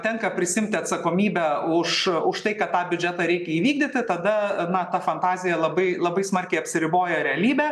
tenka prisiimti atsakomybę už už tai kad tą biudžetą reikia įvykdyti tada na ta fantazija labai labai smarkiai apsiriboja realybe